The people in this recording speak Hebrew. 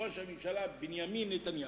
ראש הממשלה בנימין נתניהו.